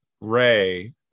Ray